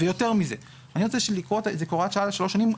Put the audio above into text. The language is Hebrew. ויותר מזה אני רוצה לקבוע אותה כהוראת שעה לשלוש שנים,